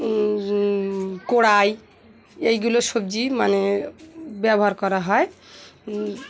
কড়াই এইগুলো সবজি মানে ব্যবহার করা হয়